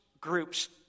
groups